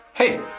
Hey